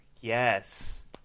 Yes